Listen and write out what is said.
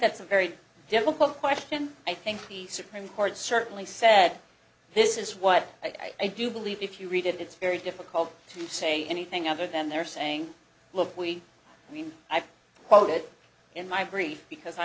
that's a very difficult question i think the supreme court certainly said this is what i do believe if you read it it's very difficult to say anything other than they're saying look we mean i've quoted in my brief because i